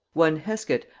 one hesket,